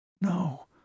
No